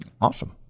Awesome